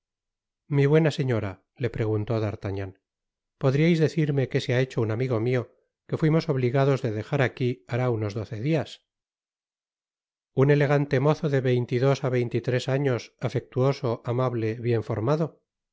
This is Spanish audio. mi buena señora le preguntó d'artagnan podriais decirme que se ha hecho un amigo mio que fuimos obligados de dejar aqui habrá unos doce dias un elegante mozo de veinte y dos á veinte y tres años afectuoso amable bien formado